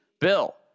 Bill